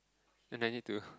and I need to